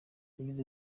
yagize